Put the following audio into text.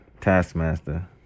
Taskmaster